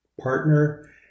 partner